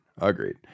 Agreed